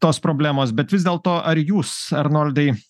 tos problemos bet vis dėlto ar jūs arnoldai